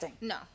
No